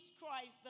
Christ